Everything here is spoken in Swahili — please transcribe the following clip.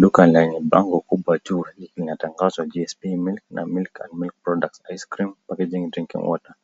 Duka lenye bango kubwa juu inatangazo JSP Milk na milk and milk product ice cream origin drinking water,